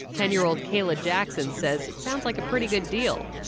ten-year old kayla jackson says it sounds like a pretty good deal